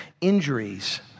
injuries